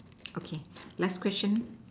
okay last question